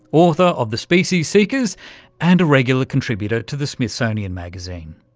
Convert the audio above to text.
author of the species seekers and a regular contributor to the smithsonian magazine.